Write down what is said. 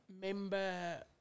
member